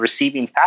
receiving